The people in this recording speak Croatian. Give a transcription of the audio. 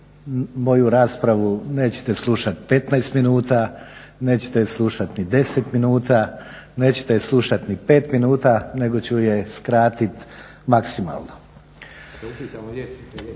moju raspravu nećete slušat 15 minuta, nećete je slušati ni deset minuta, nećete je slušati ni pet minuta nego ću je skratiti maksimalno. Gospodine ministre,